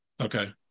Okay